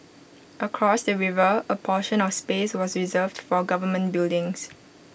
across the river A portion of space was reserved for government buildings